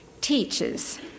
teaches